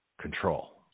control